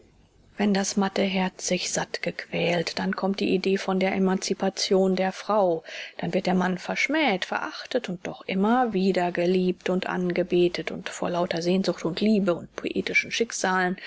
wenn das matte herz sich satt gequält dann kommt die idee von der emancipation der frau dann wird der mann verschmäht verachtet und doch immer wieder geliebt und angebetet und vor lauter sehnsucht und liebe und poetischen schicksalen